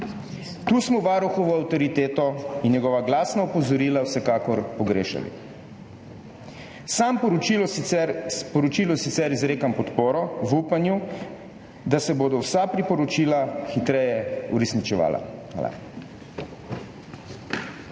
Tu smo Varuhovo avtoriteto in njegova glasna opozorila vsekakor pogrešali. Sam sporočilu sicer izrekam podporo v upanju, da se bodo vsa priporočila hitreje uresničevala. Hvala.